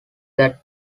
that